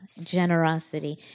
generosity